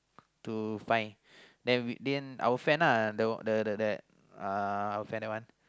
to find then then our friend uh the the uh our friend that one